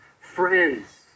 friends